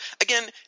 again